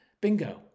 Bingo